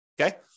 okay